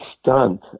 stunt